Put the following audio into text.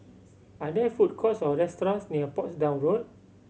are there food courts or restaurants near Portsdown Road